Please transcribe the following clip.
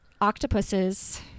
octopuses